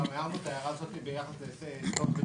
המבקש יצרף לבקשה את אישור המסירה כאמור או